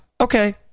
Okay